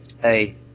Hey